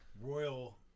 Royal